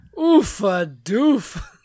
Oof-a-doof